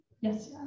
Yes